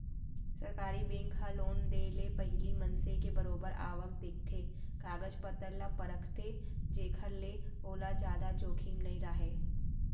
सरकारी बेंक ह लोन देय ले पहिली मनसे के बरोबर आवक देखथे, कागज पतर ल परखथे जेखर ले ओला जादा जोखिम नइ राहय